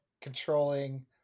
controlling